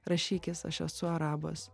rašykis aš esu arabas